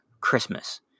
Christmas